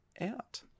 out